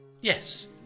Yes